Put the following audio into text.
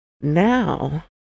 now